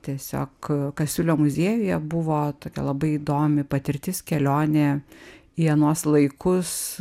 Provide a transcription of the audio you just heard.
tiesiog kasiulio muziejuje buvo tokia labai įdomi patirtis kelionė į anuos laikus